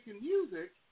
music